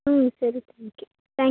ಹ್ಞೂ ಸರಿ thank you thank you